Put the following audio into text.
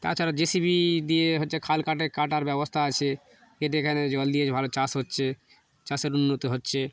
তাছাড়া J C B দিয়ে হচ্ছে খাল কাটে কাটার ব্যবস্থা আছে কেটে এখানে জল দিয়ে ভালো চাষ হচ্ছে চাষের উন্নতি হচ্ছে